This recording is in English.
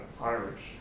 Irish